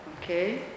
Okay